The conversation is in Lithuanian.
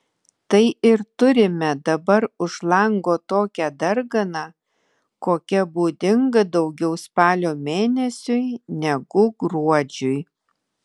tai ir turime dabar už lango tokią darganą kokia būdinga daugiau spalio mėnesiui negu gruodžiui